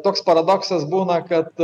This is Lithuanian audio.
toks paradoksas būna kad